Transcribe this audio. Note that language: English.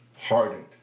hardened